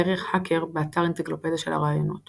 הערך "האקר", באתר אנציקלופדיה של הרעיונות